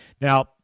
Now